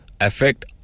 Affect